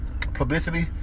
publicity